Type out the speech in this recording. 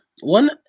one